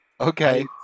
okay